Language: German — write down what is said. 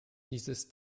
dieses